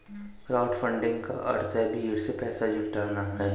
crowdfunding का अर्थ भीड़ से पैसा जुटाना है